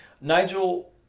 Nigel